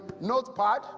notepad